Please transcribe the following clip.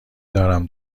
دارم